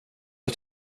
att